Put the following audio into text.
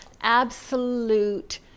absolute